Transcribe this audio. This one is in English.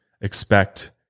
expect